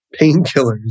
painkillers